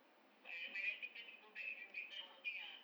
my my resting face will go back during break time or something ah